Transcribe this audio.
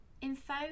info